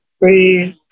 breathe